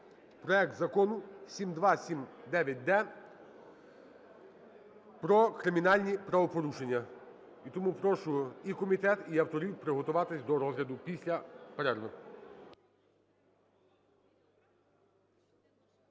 проект Закону 7279-д про кримінальні правопорушення. І тому прошу і комітет, і авторів приготуватися до розгляду після перерви.